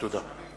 תודה.